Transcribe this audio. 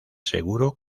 seguro